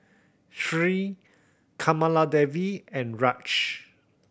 Sri Kamaladevi and Raj